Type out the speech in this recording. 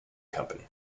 company